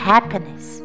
Happiness